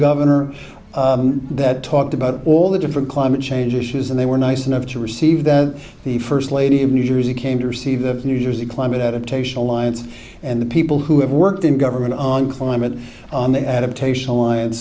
governor that talked about all the different climate change issues and they were nice enough to receive that the first lady in new jersey came to receive the new jersey climate adaptation alliance and the people who have worked in government on climate adaptation alliance